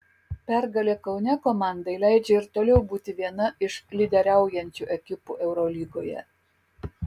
pergalė kaune komandai leidžia ir toliau būti viena iš lyderiaujančių ekipų eurolygoje